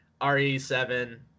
RE7